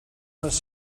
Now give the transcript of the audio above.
les